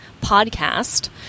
Podcast